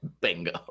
Bingo